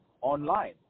online